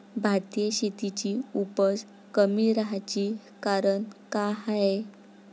भारतीय शेतीची उपज कमी राहाची कारन का हाय?